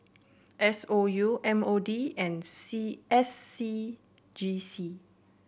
S O U M O D and C S C G C